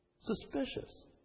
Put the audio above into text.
suspicious